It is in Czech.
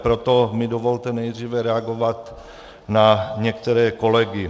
Proto mi dovolte nejdříve reagovat na některé kolegy.